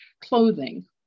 clothing